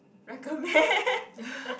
recommend